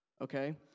okay